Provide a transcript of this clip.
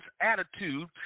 attitude